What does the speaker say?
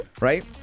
right